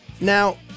Now